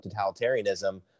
totalitarianism